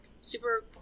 super